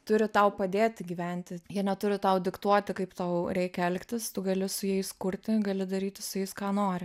turi tau padėt gyventi jie neturi tau diktuoti kaip tau reikia elgtis tu gali su jais kurti gali daryti su jais ką nori